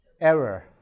Error